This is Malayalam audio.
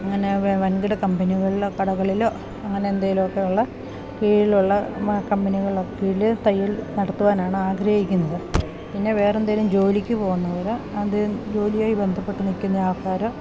അങ്ങനെ ഒക്കെ വൻകിട കമ്പനികളില് കടകളില് അങ്ങനെ എന്തേലുവൊക്കെയുള്ള കീഴിലുള്ള കമ്പനികളില കീഴില് തയ്യൽ നടത്തുവാനാണ് ആഗ്രഹിക്കുന്നത് പിന്നെ വേറെന്തേലും ജോലിക്ക് പോകുന്നവര് അത് ജോലിയായി ബന്ധപ്പെട്ട് നിൽക്കുന്ന ആൾക്കാര്